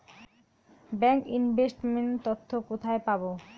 Bank investment তথ্য কোথায় পাব?